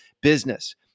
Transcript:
business